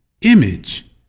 image